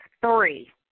three